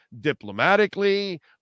diplomatically